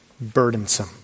burdensome